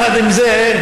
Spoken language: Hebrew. יחד עם זה,